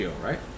right